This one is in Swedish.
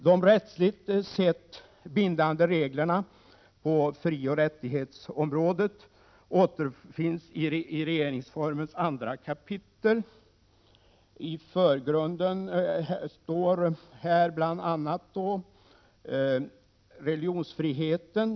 De rättsligt sett bindande reglerna på frioch rättighetsområdet återfinns i regeringsformens 2 kap. I förgrunden står bl.a. religionsfriheten.